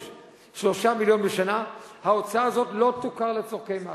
3 מיליון בשנה, ההוצאה הזו לא תוכר לצורכי מס.